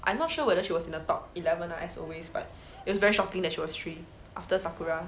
I not sure whether she was in the top eleven lah as always but it was very shocking that she was three after sakura